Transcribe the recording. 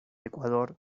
ecuador